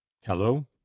Hello